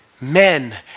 men